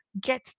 get